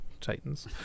titans